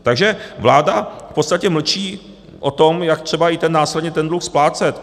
Takže vláda v podstatě mlčí o tom, jak třeba i následně ten dluh splácet.